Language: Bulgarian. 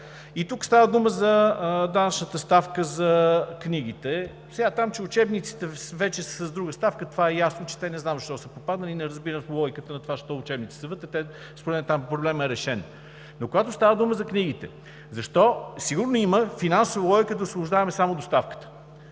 Тук става дума за данъчната ставка за книгите. Там че учебниците вече са с друга ставка, това е ясно – не знам защо са попаднали, не разбирам логиката на това защо учебниците са вътре. Според мен там проблемът е решен. Но когато става дума за книгите, сигурно има финансова логика да освобождаваме само доставката.